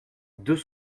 deux